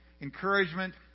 encouragement